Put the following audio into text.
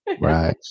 right